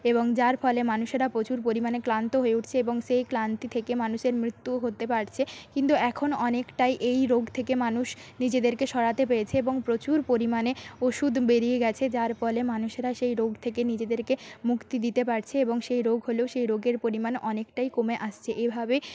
এবং যার ফলে মানুষেরা প্রচুর পরিমাণে ক্লান্ত হয়ে উঠছে এবং সেই ক্লান্তি থেকে মানুষের মৃত্যুও হতে পারছে কিন্তু এখন অনেকটাই এই রোগ থেকে মানুষ নিজেদের সরাতে পেরেছে এবং প্রচুর পরিমানে ওষুধ বেরিয়ে গেছে যার ফলে মানুষেরা সেই রোগ থেকে নিজেদেরকে মুক্তি দিতে পারছে এবং সেই রোগ হলেও সেই রোগের পরিমাণ অনেকটাই কমে আসছে এভাবেই